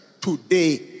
today